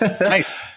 Nice